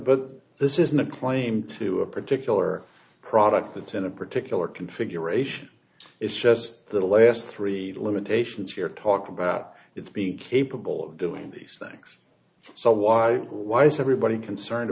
but this isn't a claim to a particular product it's in a particular configuration it's just the last three limitations here talk about it's big capable of doing these things so why why is everybody concerned